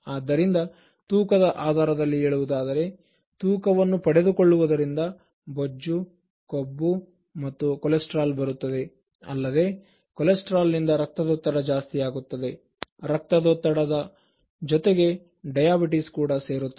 ಆದ್ದರಿಂದ ತೂಕದ ಆಧಾರದಲ್ಲಿ ಹೇಳುವುದಾದರೆ ತೂಕವನ್ನು ಪಡೆದುಕೊಳ್ಳುವುದರಿಂದ ಬೊಜ್ಜು ಕೊಬ್ಬು ಮತ್ತು ಕೊಲೆಸ್ಟ್ರಾಲ್ ಬರುತ್ತದೆ ಅಲ್ಲದೆ ಕೊಲೆಸ್ಟ್ರಾಲ್ ನಿಂದ ರಕ್ತದೊತ್ತಡ ಜಾಸ್ತಿಯಾಗುತ್ತದೆ ರಕ್ತದೊತ್ತಡದ ಜೊತೆಗೆ ಡಯಾಬಿಟಿಸ್ ಕೂಡ ಸೇರುತ್ತದೆ